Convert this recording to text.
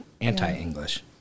Anti-English